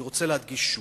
אני רוצה להדגיש שוב: